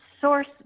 Source